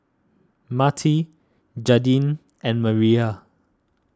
Matie Jaidyn and Mireya